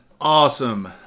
Awesome